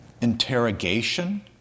interrogation